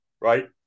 right